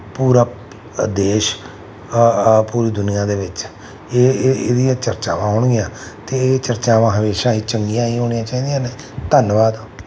ਪੂਰਾ ਅ ਦੇਸ਼ ਪੂਰੀ ਦੁਨੀਆ ਦੇ ਵਿੱਚ ਇਹ ਇਹ ਇਹਦੀਆਂ ਚਰਚਾਵਾਂ ਹੋਣਗੀਆਂ ਅਤੇ ਚਰਚਾਵਾਂ ਹਮੇਸ਼ਾ ਹੀ ਚੰਗੀਆਂ ਹੀ ਹੋਣੀਆਂ ਚਾਹੀਦੀਆਂ ਨੇ ਧੰਨਵਾਦ